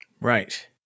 Right